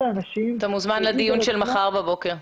אתה מוזמן לדיון של מחר בבוקר.